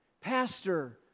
Pastor